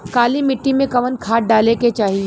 काली मिट्टी में कवन खाद डाले के चाही?